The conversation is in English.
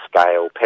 scale